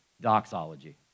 doxology